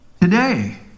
Today